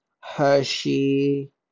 Hershey